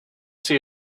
see